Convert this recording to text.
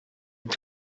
with